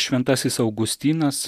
šventasis augustinas